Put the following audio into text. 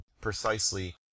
precisely